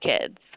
kids